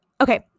Okay